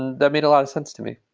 that made a lot of sense to me.